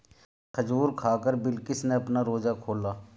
खजूर खाकर बिलकिश ने अपना रोजा खोला